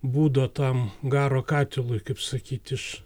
būdo tam garo katilui kaip sakyt iš